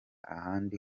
ahandi